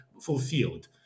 fulfilled